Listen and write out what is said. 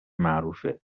معروفه